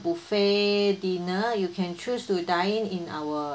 buffet dinner you can choose to dine in our